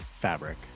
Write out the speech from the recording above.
fabric